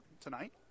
tonight